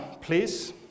please